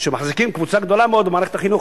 שמחזיקים קבוצה גדולה מאוד במערכת החינוך,